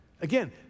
Again